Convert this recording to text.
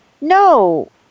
no